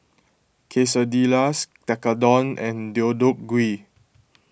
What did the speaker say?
Quesadillas Tekkadon and Deodeok Gui